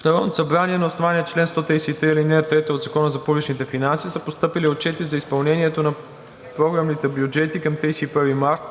В Народното събрание на основание чл. 133, ал. 3 от Закона за публичните финанси са постъпили отчети за изпълнението на програмните бюджети към 31 март